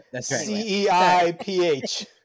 C-E-I-P-H